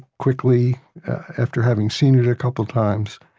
quickly after having seen it a couple times,